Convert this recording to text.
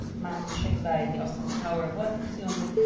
mountain shaped by the awesome power of water, presumably,